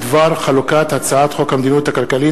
בדבר חלוקת הצעת חוק המדיניות הכלכלית